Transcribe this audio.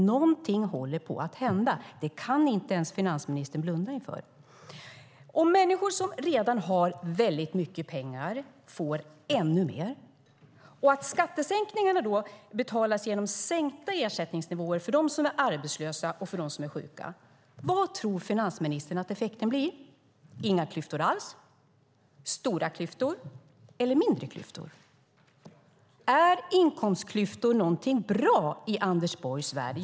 Någonting håller dock på att hända; det kan inte ens finansministern blunda inför. Vad tror finansministern att effekten blir om människor som redan har väldigt mycket pengar får ännu mer och skattesänkningarna betalas genom sänkta ersättningsnivåer för dem som är arbetslösa och dem som är sjuka? Blir det inga klyftor alls, stora klyftor eller mindre klyftor? Är inkomstklyftor någonting bra i Anders Borgs värld?